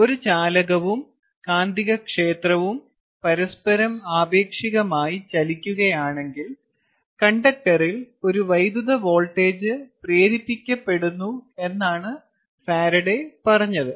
ഒരു ചാലകവും കാന്തികക്ഷേത്രവും പരസ്പരം ആപേക്ഷികമായി ചലിക്കുകയാണെങ്കിൽ കണ്ടക്ടറിൽ ഒരു വൈദ്യുത വോൾട്ടേജ് പ്രേരിപ്പിക്കപ്പെടുന്നു എന്നാണ് ഫാരഡെ പറഞ്ഞത്